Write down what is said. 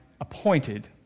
appointed